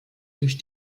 durch